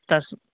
तस्